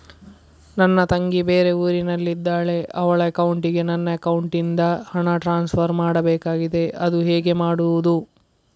ನನ್ನ ತಂಗಿ ಬೇರೆ ಊರಿನಲ್ಲಿದಾಳೆ, ಅವಳ ಅಕೌಂಟಿಗೆ ನನ್ನ ಅಕೌಂಟಿನಿಂದ ಹಣ ಟ್ರಾನ್ಸ್ಫರ್ ಮಾಡ್ಬೇಕಾಗಿದೆ, ಅದು ಹೇಗೆ ಮಾಡುವುದು?